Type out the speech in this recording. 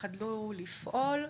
חדלו לפעול,